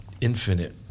infinite